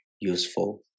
useful